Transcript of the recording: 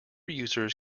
users